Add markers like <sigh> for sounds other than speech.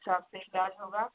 <unintelligible> पर इलाज होगा